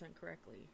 correctly